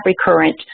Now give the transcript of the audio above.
recurrent